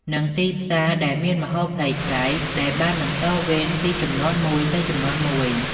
និងទីផ្សារដែលមានម្ហូបប្លែកៗ ដែលបានបន្តវេនពីជំនាន់មួយទៅជំនាន់មួយ។